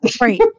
Right